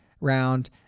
round